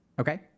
Okay